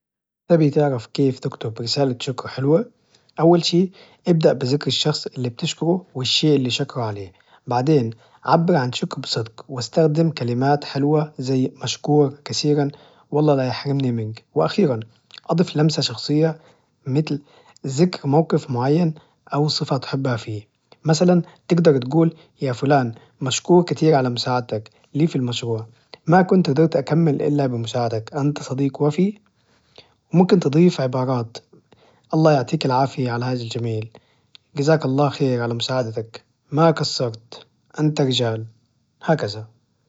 تبي تعرف كيف تكتب رسالة شكر حلوة؟ أول شيء ابدأ بذكر الشخص إللي بتشكره، والشيء إللي بشكره عليه، بعدين أعبر عن شكره بصدق، واستخدم كلمات حلوة زي: مشكور كثيرا، والله لا يحرمني منك، وأخيراً أضف لمسة شخصية، مثل ذكر موقف معين أو صفة تحبها فيه، مثلا تقدر أن تقول: يا فلان، مشكور كثيراً على مساعدتك لي في المشروع ما كنت قدرت أكمل إلا بمساعدتك أنت صديق وفي، وممكن تضيف عبارات الله يعطيك العافية على هذا الجميل، جزاك الله خير على مساعدتك، ما قصرت أنت رجال هكذا.